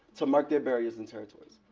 to mark their barriers and territories.